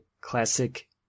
classic